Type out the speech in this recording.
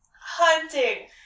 hunting